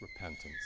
repentance